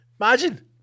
Imagine